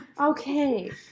Okay